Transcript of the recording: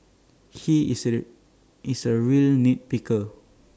he is A real nit picker